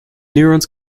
neurons